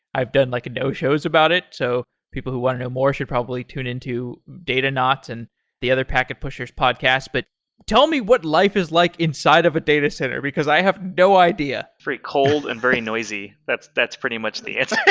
i've done like no shows about it. so people who want to know more should probably tune in to datanauts and the other, packet pushers podcast. but tell me what life is like inside of a datacenter, because i have no idea. very cold and very noisy. that's that's pretty much the answer.